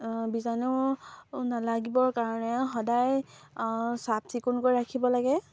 বীজাণু নালাগিবৰ কাৰণে সদায় চাফ চিকুণকৈ ৰাখিব লাগে